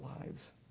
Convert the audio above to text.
lives